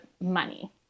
money